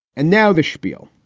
and now the spiel.